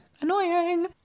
Annoying